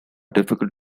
difficult